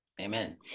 Amen